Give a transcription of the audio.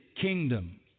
kingdom